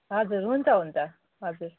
हजुर हुन्छ हुन्छ हजुर